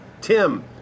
Tim